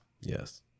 yes